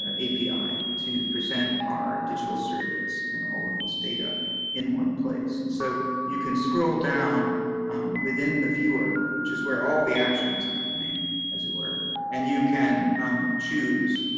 ah api to present our digital surrogates and all of this data in one place. and so, you can scroll down within the viewer which is where all the action is happening as it were and you can choose.